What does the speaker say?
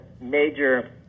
major